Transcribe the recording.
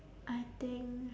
I think